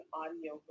audio